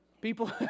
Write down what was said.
People